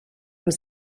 was